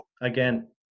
again